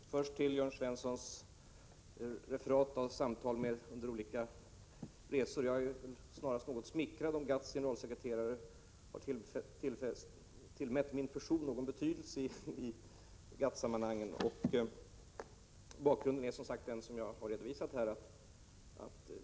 Fru talman! Först till Jörn Svenssons referat av samtal under olika resor. Jag känner mig snarast smickrad om GATT:s generalsekreterare har tillmätt min person någon betydelse i GATT-sammanhang. Bakgrunden är den jag redovisat här.